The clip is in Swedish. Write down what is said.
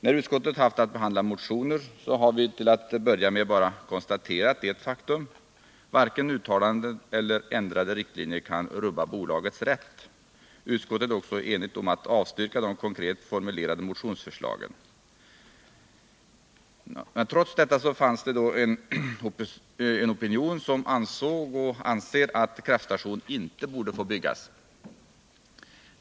När utskottet har haft att behandla motionerna har vi till att börja med bara konstaterat ett faktum — varken uttalanden eller ändrade riktlinjer kan rubba bolagets rätt. Utskottet är också enigt om att man skall avstyrka de konkret formulerade motionsförslagen. Trots detta fanns det en opinion som ansåg och anser att kraftstationen inte borde få byggas.